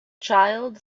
child